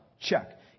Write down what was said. check